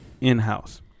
in-house